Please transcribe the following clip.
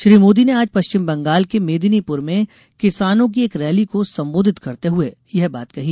श्री मोदी ने आज पश्चिम बंगाल के मेदिनीपुर में किसानों की एक रैली को सम्बोधित करते हुए यह बात कही